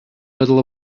middle